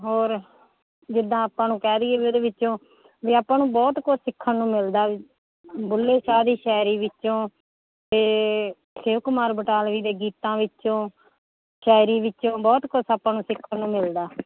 ਹੋਰ ਜਿੱਦਾਂ ਆਪਾਂ ਨੂੰ ਕਹਿ ਦਈਏ ਵੀ ਉਹਦੇ ਵਿੱਚੋਂ ਵੀ ਆਪਾਂ ਨੂੰ ਬਹੁਤ ਕੁਝ ਸਿੱਖਣ ਨੂੰ ਮਿਲਦਾ ਬੁੱਲੇ ਸ਼ਾਹ ਦੀ ਸ਼ਾਇਰੀ ਵਿੱਚੋਂ ਅਤੇ ਸ਼ਿਵ ਕੁਮਾਰ ਬਟਾਲਵੀ ਦੇ ਗੀਤਾਂ ਵਿੱਚੋਂ ਸ਼ਾਇਰੀ ਵਿੱਚੋਂ ਬਹੁਤ ਕੁਝ ਆਪਾਂ ਨੂੰ ਸਿੱਖਣ ਨੂੰ ਮਿਲਦਾ